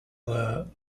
were